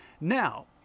Now